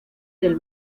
del